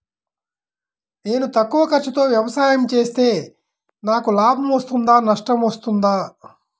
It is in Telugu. నేను తక్కువ ఖర్చుతో వ్యవసాయం చేస్తే నాకు లాభం వస్తుందా నష్టం వస్తుందా?